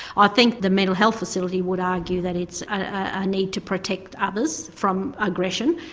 i think the mental health facility would argue that it's a need to protect others from aggression,